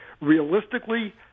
Realistically